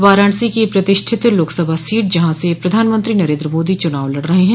वाराणसी की प्रतिष्ठित लोकसभा सीट जहां से प्रधानमंत्री नरेन्द्र मोदी चुनाव लड़ रहे हैं